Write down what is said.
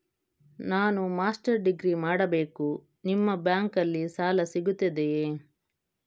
ನಾನು master degree ಮಾಡಬೇಕು, ನಿಮ್ಮ ಬ್ಯಾಂಕಲ್ಲಿ ಸಾಲ ಸಿಗುತ್ತದೆಯೇ?